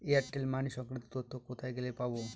Airtel money সংক্রান্ত তথ্য কোথায় গেলে পাব?